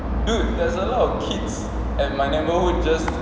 dude there's a lot of kids at my neighbourhood just